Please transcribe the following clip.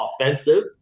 offensive